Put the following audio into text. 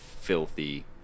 filthy